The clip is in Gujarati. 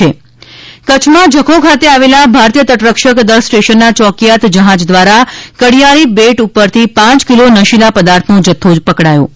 ચરસ પકડાયું કચ્છમાં જખૌ ખાતે આવેલા ભારતીય તટરક્ષક દળ સ્ટેશનના ચોકીયાત જહાજ દ્વારા કડિયારી બેટ ઉપરથી પાંચ કિલો નશીલા પદાર્થનો જથ્થો પકડાયો છે